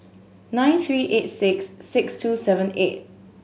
nine three eight six six two seven eight